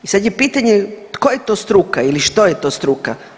I sad je pitanje tko je to struka ili što je to struka?